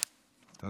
תודה רבה.